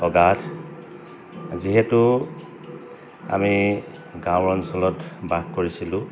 অগাধ যিহেতু আমি গাঁৱৰ অঞ্চলত বাস কৰিছিলোঁ